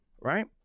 right